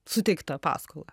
suteiktą paskolą